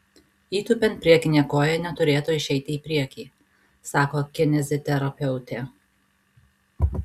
įtūpiant priekinė koja neturėtų išeiti į priekį sako kineziterapeutė